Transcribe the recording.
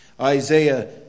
Isaiah